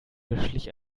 beschlich